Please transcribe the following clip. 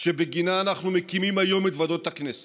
שבגינה אנחנו מקימים היום את ועדות הכנסת.